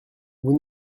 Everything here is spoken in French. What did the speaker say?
vous